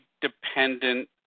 dependent